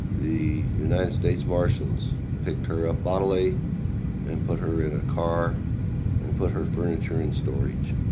the united states marshals picked her up bodily and put her in a car and put her furniture in storage.